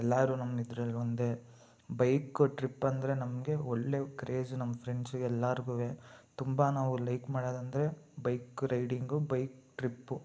ಎಲ್ಲರು ನಮ್ಮ ಇದ್ರಲ್ಲಿ ಒಂದೇ ಬೈಕು ಟ್ರಿಪ್ ಅಂದರೆ ನಮಗೆ ಒಳ್ಳೆ ಕ್ರೇಝು ನಮ್ಮ ಫ್ರೆಂಡ್ಸ್ಗೆಲ್ಲರಿಗುವೆ ತುಂಬ ನಾವು ಲೈಕ್ ಮಾಡೋದ್ರಂದ್ರೆ ಬೈಕ್ ರೈಡಿಂಗು ಬೈಕ್ ಟ್ರಿಪ್ಪು